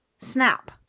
snap